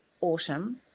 autumn